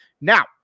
Now